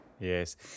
Yes